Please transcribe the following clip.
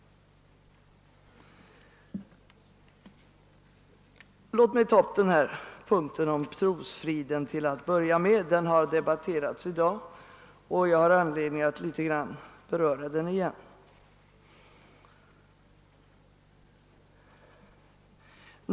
Låt mig ta upp punkten om trosfriden till att börja med. Den har debatterats i dag, och jag har anledning att litet grand beröra den igen.